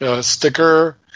Sticker